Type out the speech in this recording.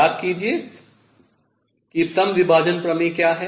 याद कीजिए कि समविभाजन प्रमेय क्या है